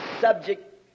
subject